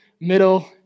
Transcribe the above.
middle